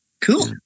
Cool